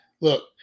look